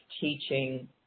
teaching